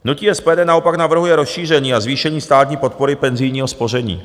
Hnutí SPD naopak navrhuje rozšíření a zvýšení státní podpory penzijního spoření.